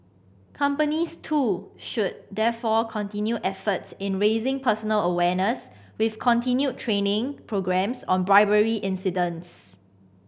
companies too should therefore continue efforts in raising personal awareness with continued training programmes on bribery incidents